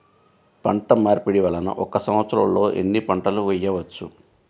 పంటమార్పిడి వలన ఒక్క సంవత్సరంలో ఎన్ని పంటలు వేయవచ్చు?